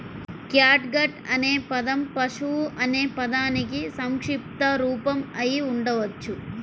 catgut అనే పదం పశువు అనే పదానికి సంక్షిప్త రూపం అయి ఉండవచ్చు